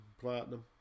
platinum